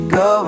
go